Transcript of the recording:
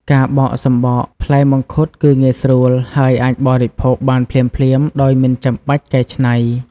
ការបកសំបកផ្លែមង្ឃុតគឺងាយស្រួល ហើយអាចបរិភោគបានភ្លាមៗដោយមិនចាំបាច់កែច្នៃ។